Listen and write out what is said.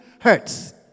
hurts